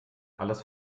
alles